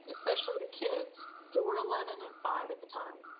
especially the kids who were eleven and five at the time.